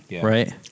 right